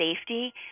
safety